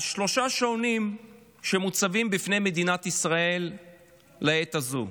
שלושה שעונים מוצבים בפני מדינת ישראל לעת הזו: